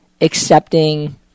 accepting